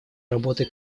работой